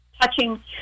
touching